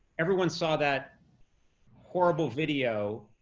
everyone saw that horrible video,